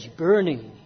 burning